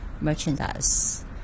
merchandise